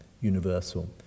universal